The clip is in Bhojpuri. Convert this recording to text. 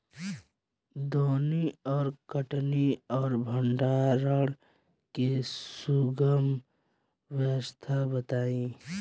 दौनी और कटनी और भंडारण के सुगम व्यवस्था बताई?